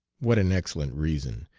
what an excellent reason!